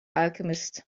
alchemist